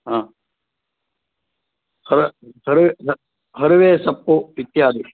हा हर हरि हरिवे सोप्पु इत्यादि